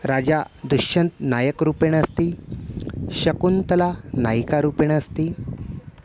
राजा दुश्शन्तः नायकरूपेण अस्ति शकुन्तला नायिकारूपेण अस्ति